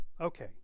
Okay